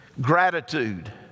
gratitude